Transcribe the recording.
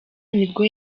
nibwo